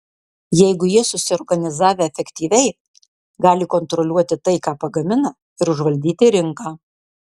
jeigu jie susiorganizavę efektyviai gali kontroliuoti tai ką pagamina ir užvaldyti rinką